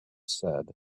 said